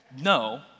No